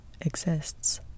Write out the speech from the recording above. exists